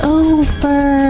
over